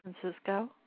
Francisco